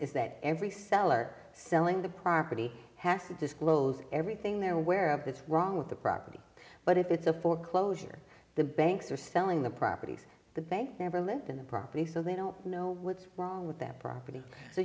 is that every seller selling the property has to disclose everything there where of that's wrong with the property but if it's a foreclosure the banks are selling the properties the bank never lived in the property so they don't know what's wrong with that property so